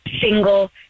single